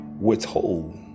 withhold